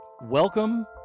Welcome